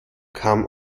kam